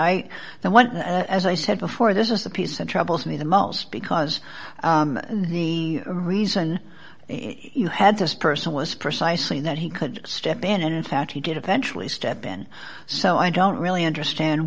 want as i said before this is a piece of troubles me the most because the reason you had this person was precisely that he could step in and in fact he did eventually step in so i don't really understand